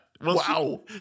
Wow